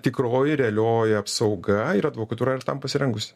tikroji realioji apsauga ir advokatūra ir tam pasirengus